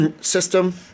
system